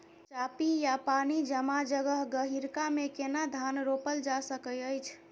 चापि या पानी जमा जगह, गहिरका मे केना धान रोपल जा सकै अछि?